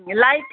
light